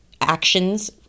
actions